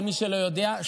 למי שלא יודע,